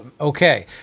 Okay